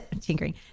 tinkering